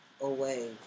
away